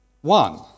one